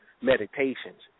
meditations